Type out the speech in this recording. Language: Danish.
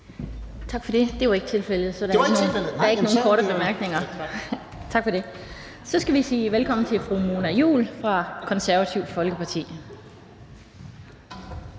Tak for det. Det var ikke tilfældet; der er ikke nogen korte bemærkninger. Så skal vi sige velkommen til fru Mona Juul fra Det Konservative Folkeparti.